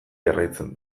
jarraitzen